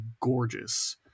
gorgeous